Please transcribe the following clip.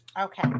Okay